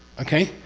okay?